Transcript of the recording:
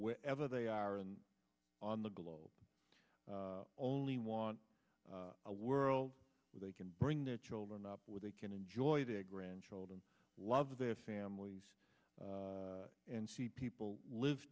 wherever they are and on the globe only want a world where they can bring their children up where they can enjoy their grandchildren love their families and see people live